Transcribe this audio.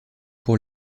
pour